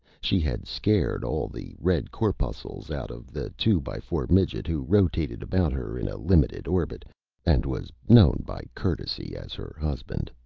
she had scared all the red corpuscles out of the two by four midget who rotated about her in a limited orbit and was known by courtesy as her husband.